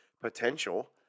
potential